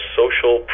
social